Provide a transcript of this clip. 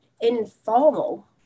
informal